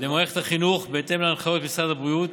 למערכת החינוך בהתאם להנחיות משרד הבריאות